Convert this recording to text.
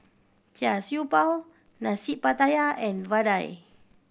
Char Siew Bao Nasi Pattaya and vadai